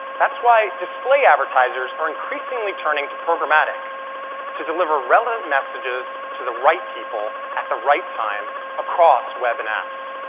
that's why display advertisers are increasingly turning to programmatic to deliver relevant messages to the right people at the right time across web and apps.